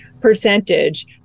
percentage